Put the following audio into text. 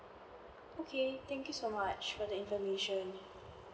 okay thank you so much for the information